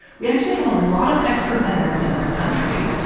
we actually have a lot of extra bedrooms in this country,